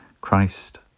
Christ